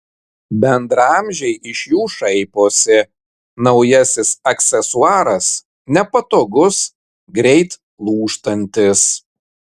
bendraamžiai iš jų šaiposi naujasis aksesuaras nepatogus greit lūžtantis